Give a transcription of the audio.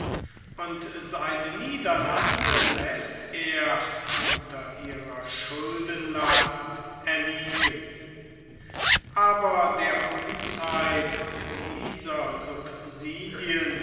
und seine niederlande läßt er unter ihrer schuldenlast erliegen aber der unzeit dieser